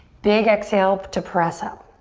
big exhale to press up.